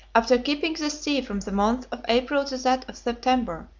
after keeping the sea from the month of april to that of september,